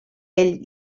ell